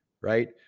right